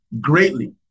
greatly